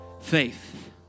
faith